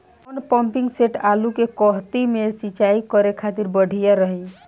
कौन pumping set आलू के कहती मे सिचाई करे खातिर बढ़िया रही?